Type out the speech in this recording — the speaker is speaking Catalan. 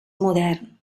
modern